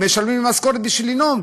משלמים לי משכורת בשביל לנאום,